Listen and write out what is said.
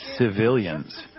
civilians